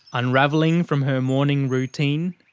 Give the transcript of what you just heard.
unravelling from her morning routine.